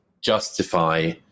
justify